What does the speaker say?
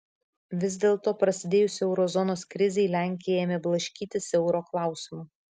vis dėlto prasidėjus euro zonos krizei lenkija ėmė blaškytis euro klausimu